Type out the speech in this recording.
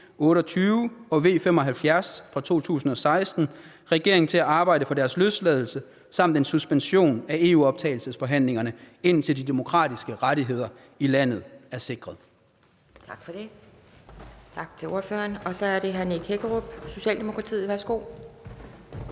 28 og V 75 fra 2016 regeringen til at arbejde for deres løsladelse samt for en suspension af EU-optagelsesforhandlingerne, indtil de demokratiske rettigheder i landet er sikret.«